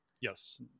yes